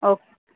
okay